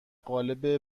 قالب